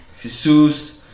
Jesus